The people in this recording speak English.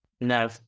No